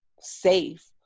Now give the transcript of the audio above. safe